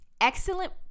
excellent